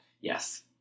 Yes